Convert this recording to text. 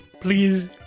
Please